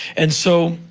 and so,